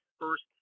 first